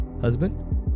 husband